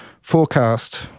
forecast